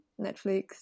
Netflix